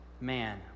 man